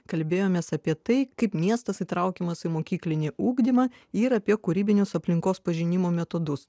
kalbėjomės apie tai kaip miestas įtraukiamas į mokyklinį ugdymą ir apie kūrybinius aplinkos pažinimo metodus